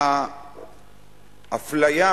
האפליה,